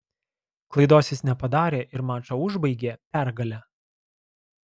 klaidos jis nepadarė ir mačą užbaigė pergale